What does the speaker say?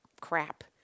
crap